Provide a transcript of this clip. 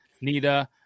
Nita